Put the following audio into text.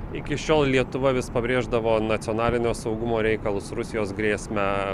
iki šiol lietuva vis pabrėždavo nacionalinio saugumo reikalus rusijos grėsmę